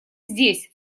здесь